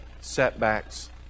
setbacks